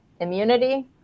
immunity